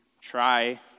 try